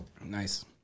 Nice